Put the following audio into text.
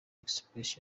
express